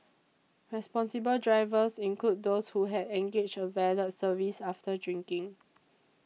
responsible drivers included those who had engaged a valet service after drinking